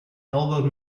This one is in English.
elbowed